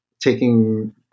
taking